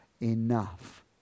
enough